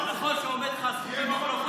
זה לא מה שהוא אמר, תדייק.